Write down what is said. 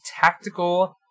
tactical